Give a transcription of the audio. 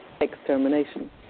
extermination